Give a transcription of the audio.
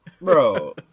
bro